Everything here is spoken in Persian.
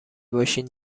باشین